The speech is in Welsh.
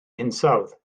hinsawdd